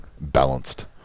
balanced